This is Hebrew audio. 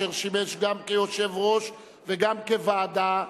אשר שימש גם כיושב-ראש וגם כוועדה,